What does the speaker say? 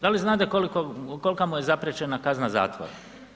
Da li znade kolika mu je zapriječena kazna zatvora?